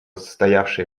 стоявший